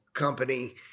company